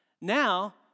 Now